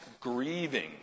grieving